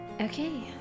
Okay